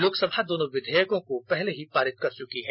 लोकसभा दोनों विधेयकों को पहले ही पारित कर चुकी है